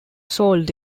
sold